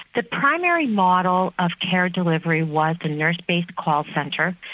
the primary model of care delivery was the nurse-based call centre.